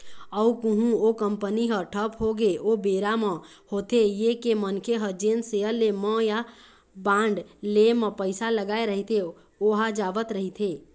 अउ कहूँ ओ कंपनी ह ठप होगे ओ बेरा म होथे ये के मनखे ह जेन सेयर ले म या बांड ले म पइसा लगाय रहिथे ओहा जावत रहिथे